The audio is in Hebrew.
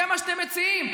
זה מה שאתם מציעים.